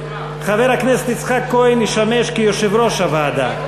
חבר הכנסת יצחק כהן ישמש כיושב-ראש הוועדה.